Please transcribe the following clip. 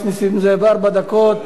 בעיות באופוזיציה,